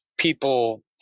people